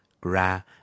gra